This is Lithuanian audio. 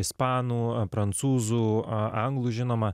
ispanų prancūzų anglų žinoma